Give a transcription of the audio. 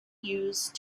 used